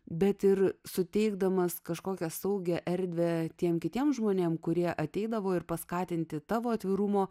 bet ir suteikdamas kažkokią saugią erdvę tiems kitiems žmonėms kurie ateidavo ir paskatinti tavo atvirumo